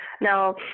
Now